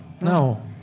No